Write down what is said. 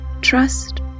trust